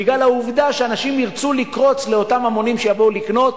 בגלל העובדה שאנשים ירצו לקרוץ לאותם המונים שיבואו לקנות,